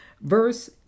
Verse